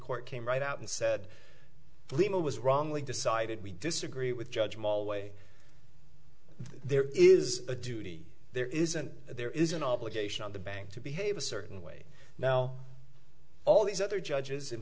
court came right out and said lehman was wrongly decided we disagree with judge mol way there is a duty there isn't there is an obligation on the bank to behave a certain way now all these other judges